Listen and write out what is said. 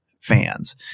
fans